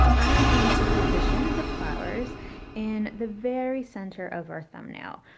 i am going to position and the flowers in the very center of our thumbnail.